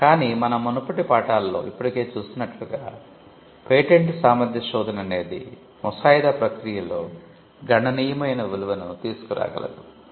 కాని మన మునుపటి పాఠాలలో ఇప్పటికే చూసినట్లుగా పేటెంట్ సామర్థ్య శోధన అనేది ముసాయిదా ప్రక్రియలో గణనీయమైన విలువను తీసుకురాగలదు